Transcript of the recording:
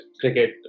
cricket